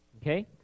Okay